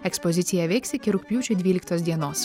ekspozicija veiks iki rugpjūčio dvyliktos dienos